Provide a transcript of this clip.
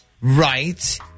Right